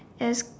yes